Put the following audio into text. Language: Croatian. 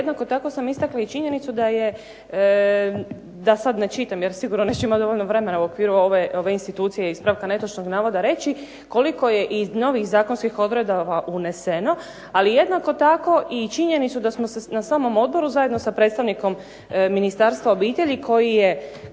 jednako tako sam istakla i činjenicu da je, da sad ne čitam, jer sigurno neću imati dovoljno vremena u okviru ove institucije ispravka netočnog navoda reći, koliko je i novih zakonskih odredaba uneseno, ali jednako tako i činjenicu da smo se na samom odboru zajedno sa predstavnikom Ministarstva obitelji, koji je